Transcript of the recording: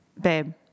babe